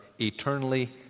eternally